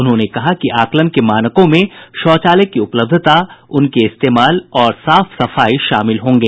उन्होंने कहा कि आकलन के मानकों में शौचालय की उपलब्धता उनके इस्तेमाल और साफ सफाई शामिल होंगे